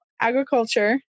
Agriculture